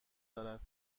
دارد